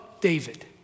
David